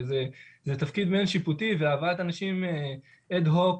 זה תפקיד מאין שיפוטי והבאת אנשים הד הוק